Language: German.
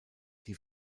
die